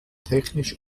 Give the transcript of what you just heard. technisch